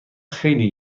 خیلی